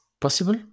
possible